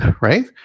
right